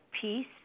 peace